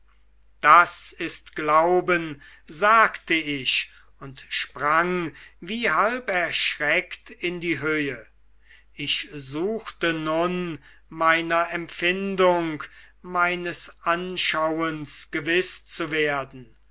das ist glauben sagte ich und sprang wie halb erschreckt in die höhe ich suchte nun meiner empfindung meines anschauens gewiß zu werden